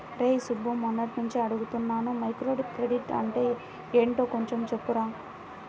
రేయ్ సుబ్బు, మొన్నట్నుంచి అడుగుతున్నాను మైక్రోక్రెడిట్ అంటే యెంటో కొంచెం చెప్పురా